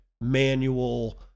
manual